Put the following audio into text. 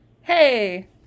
Hey